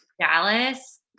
Dallas